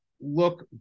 look